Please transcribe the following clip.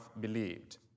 believed